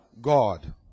God